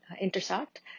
intersect